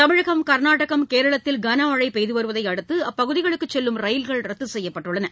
தமிழகம் கர்நாடகம் கேரளத்தில் கனமழை பெய்து வருவதை அடுத்து அப்பகுதிகளுக்குச் செல்லும் ரயில்கள் ரத்து செய்யப்பட்டுள்ளன